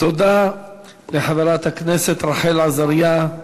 תודה לחברת הכנסת רחל עזריה.